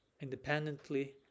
independently